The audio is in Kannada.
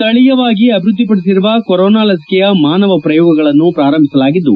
ಸ್ಥಳೀಯವಾಗಿ ಅವೃದ್ದಿಪಡಿಸಿರುವ ಕೊರೊನಾ ಲಸಿಕೆಯ ಮಾನವ ಪ್ರಯೋಗಗಳನ್ನು ಪ್ರಾರಂಭಿಸಲಾಗಿದ್ದು